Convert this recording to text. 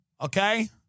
Okay